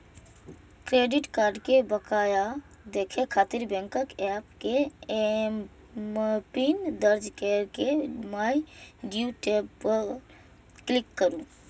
credit card के बकाया देखै खातिर बैंकक एप मे एमपिन दर्ज कैर के माइ ड्यू टैब पर क्लिक करू